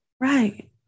right